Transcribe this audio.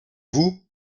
vous